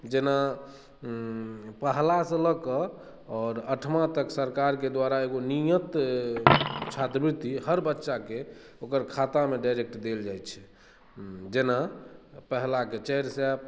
जेना पहला सँ लऽ कऽ आओर अठमा तक सरकार केँ द्वारा एगो नियत छात्रवृत्ति हर बच्चा के ओकर खाता मे डाइरेक्ट देल जाइ छै जेना पहिलाकेँ चारि सए